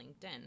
linkedin